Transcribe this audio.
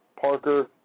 Parker